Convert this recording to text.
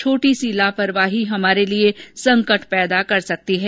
छोटी सी लापरवाही हमारे लिए संकट पैदा कर सकती है